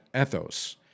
ethos